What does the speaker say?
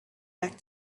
back